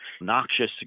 noxious